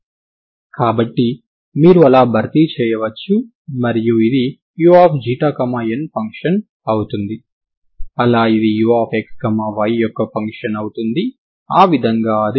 కాబట్టి ఇన్ఫినిటీ వద్ద అవి 0 గా ఉండాలి మరియు స్దానభ్రంశం కూడా 0 గా ఉండాలి లేదా వాలు 0 అవ్వాలి లేదా ఇన్ఫినిటీ వద్ద వెలాసిటీ 0 అవ్వాలి